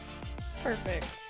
perfect